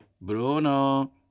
Bruno